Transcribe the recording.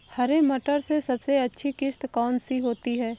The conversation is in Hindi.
हरे मटर में सबसे अच्छी किश्त कौन सी होती है?